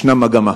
יש מגמה